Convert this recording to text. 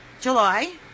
July